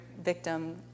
Victim